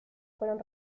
fueron